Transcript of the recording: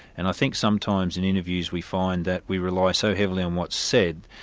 and i think sometimes in interviews we find that we rely so heavily on what's said,